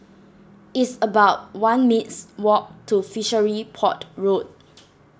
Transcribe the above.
it's about one mins' walk to Fishery Port Road